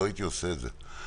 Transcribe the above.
לא הייתי עושה את זה,